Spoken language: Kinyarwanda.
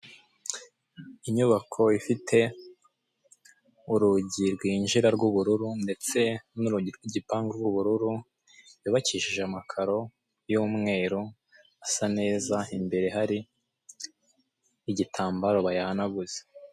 Abantu benshi bahagaze, harimo abagabo n'abagore, bambaye imyenda itandukanye, hejuru yabo hari icyapa cyanditseho amagambo afite ibara ritukura rya koperative.